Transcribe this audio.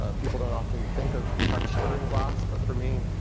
um people don't often think of texture in glass, but for me,